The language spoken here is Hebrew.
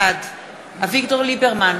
בעד אביגדור ליברמן,